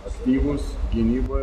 aktyvūs gynyboj